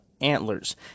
Antlers